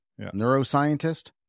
neuroscientist